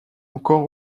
encore